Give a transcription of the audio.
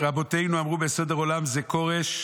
"רבותינו אמרו בסדר עולם זה כורש,